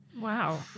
Wow